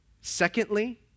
Secondly